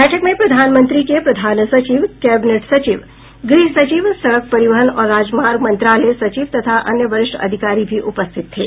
बैठक में प्रधानमंत्री के प्रधान सचिव कैबिनेट सचिव गृहसचिव सड़क परिवहन और राजमार्ग मंत्रालय सचिव तथा अन्य वरिष्ठ अधिकारी भी उपस्थित थे